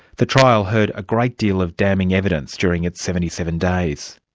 the trial heard a great deal of damning evidence during its seventy seven days.